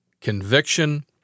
conviction